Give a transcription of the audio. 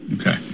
Okay